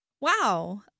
Wow